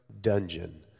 dungeon